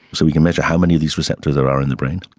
so we can measure how many of these receptors there are in the brain,